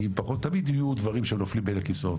תמיד יהיו דברים שהם נופלים בין הכיסאות,